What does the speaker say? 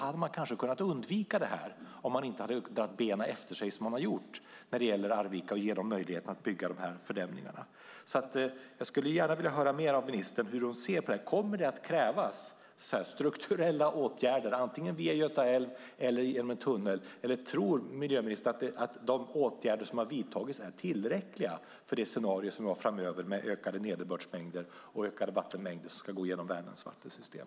Men man hade kanske kunnat undvika detta om man inte hade dragit benen efter sig som man har gjort när det gäller Arvikas möjligheter att bygga dessa fördämningar. Jag skulle därför vilja höra mer från ministern om hur hon ser på detta. Kommer det att krävas strukturella åtgärder, antingen via Göta älv eller genom en tunnel, eller tror miljöministern att de åtgärder som har vidtagits är tillräckliga för det scenario som vi har framöver med ökade nederbördsmängder och ökade vattenmängder som ska gå igenom Värmlands vattensystem?